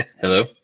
Hello